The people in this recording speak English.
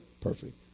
perfect